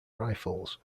rifles